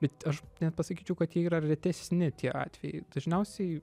bet aš net pasakyčiau kad jie yra retesni tie atvejai dažniausiai